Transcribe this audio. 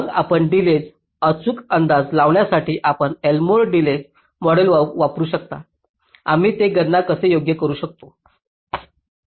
मग आपण डिलेज अचूक अंदाज लावण्यासाठी आपण एल्मोर डिलेज मॉडेल वापरू शकता आम्ही ते गणना कसे योग्य करू शकतो